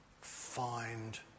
find